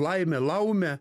laime laume